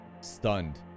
stunned